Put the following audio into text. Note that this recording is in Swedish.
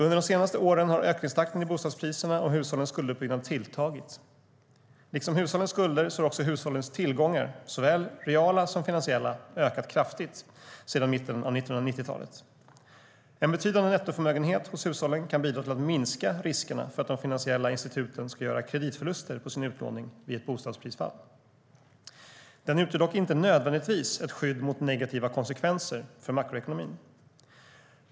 Under de senaste åren har ökningstakten i bostadspriserna och hushållens skulduppbyggnad tilltagit. Liksom hushållens skulder har också hushållens tillgångar, såväl reala som finansiella, ökat kraftigt sedan mitten av 1990-talet. En betydande nettoförmögenhet hos hushållen kan bidra till att minska riskerna för att de finansiella instituten ska göra kreditförluster på sin utlåning vid ett bostadsprisfall. Den utgör dock inte nödvändigtvis ett skydd mot negativa konsekvenser för makroekonomin.